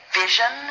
vision